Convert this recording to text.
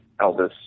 Elvis